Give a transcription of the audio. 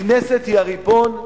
הכנסת היא הריבון,